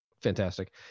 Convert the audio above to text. Fantastic